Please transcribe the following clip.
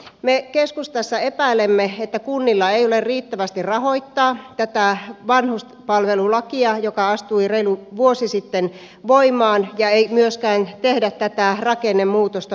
me keskustassa epäilemme että kunnilla ei ole riittävästi varaa rahoittaa tätä vanhuspalvelulakia joka astui reilu vuosi sitten voimaan ja ei myöskään tehdä tätä rakennemuutosta mitä tässä esitetään